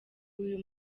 uyu